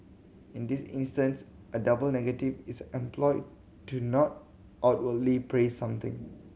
in this instance a double negative is employed to not outwardly praise something